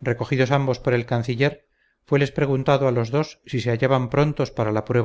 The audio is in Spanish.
recogidos ambos por el canciller fueles preguntado a los dos si se hallaban prontos para la